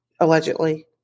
allegedly